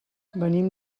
venim